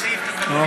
אין סעיף תקנוני